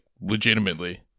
legitimately